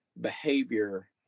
behavior